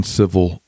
civil